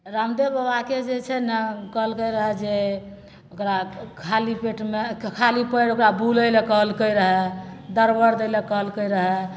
रामदेव बाबाके जे छै ने कहलकै रहै जे ओकरा खाली पेटमे खाली पाएर ओकरा बुलै ले कहलकै रहै दरबड़ दै ले कहलकै रहै